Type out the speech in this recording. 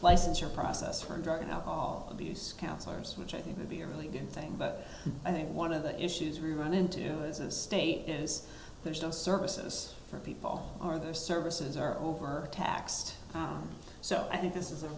licensure process for drug and alcohol abuse counselors which i think would be a really good thing but i think one of the issues we run into as a state is there's no services for people are there services are over taxed so i think this is a